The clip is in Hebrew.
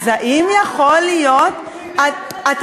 אז האם יכול להיות, זה מה שאנחנו אומרים.